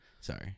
Sorry